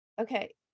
Okay